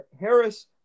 Harris